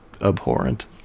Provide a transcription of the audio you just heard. abhorrent